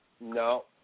No